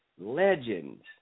legends